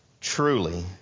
Truly